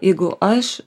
jeigu aš